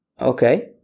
okay